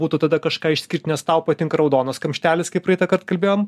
būtų tada kažką išskirt nes tau patinka raudonas kamštelis kaip praeitą kart kalbėjom